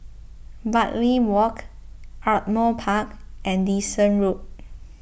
Bartley Walk Ardmore Park and Dyson Road